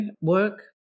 work